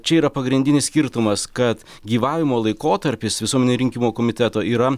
čia yra pagrindinis skirtumas kad gyvavimo laikotarpis visuomeninio rinkimų komiteto yra